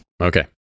Okay